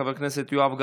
חבר הכנסת יואב גלנט,